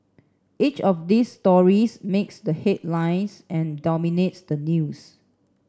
each of these stories makes the headlines and dominates the news